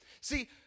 See